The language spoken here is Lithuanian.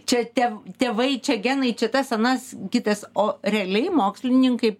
čia tie tėvai čia genai čia tas anas kitas o realiai mokslininkai